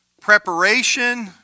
preparation